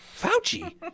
Fauci